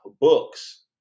books